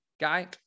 guy